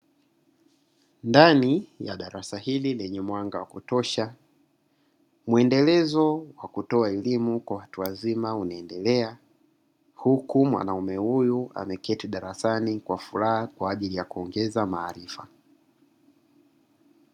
Ndani ya darasa hili lenye mwanga wa kutosha mwendelezo wa kutoa elimu kwa watu wazima unaendelea, huku mwanaume huyu ameketi darasani kwa furaha kwa ajili ya kuongeza maarifa.